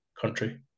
country